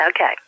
Okay